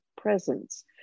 presence